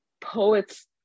poets